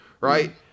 right